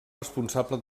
responsable